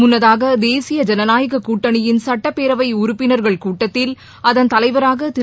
முன்னதாக தேசிய ஐனநாயக கூட்டணியின் சட்டப்பேரவை உறுப்பினர்கள் கூட்டத்தில் அதன் தலைவராக திரு